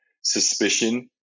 suspicion